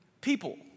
people